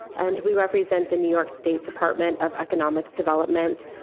and we represent the new york state department of economic development,